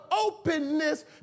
openness